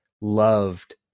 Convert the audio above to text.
loved